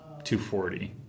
240